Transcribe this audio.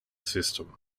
system